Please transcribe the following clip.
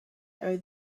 owe